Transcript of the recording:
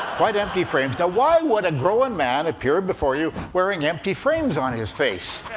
quite empty frames. now why would a grown man appear before you wearing empty frames on his face?